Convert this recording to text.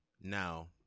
Now